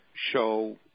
show